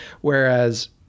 Whereas